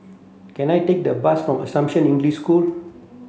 can I take the bus for Assumption English School